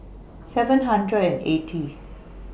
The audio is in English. seven hundred and eighty